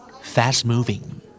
Fast-moving